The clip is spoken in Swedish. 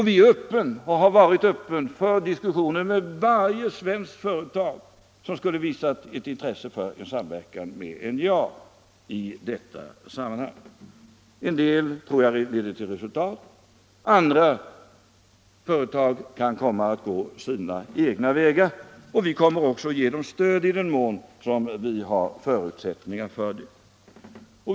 Vi är och har varit öppna för diskussioner med varje svenskt företag som visat intresse för samverkan med NJA i detta sammanhang. En del kontakter tror jag leder till resultat. Andra företag kan komma att gå sina egna vägar, och vi kommer också att ge dem stöd i den mån vi har förutsättningar för det.